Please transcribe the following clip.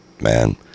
man